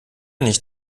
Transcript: nicht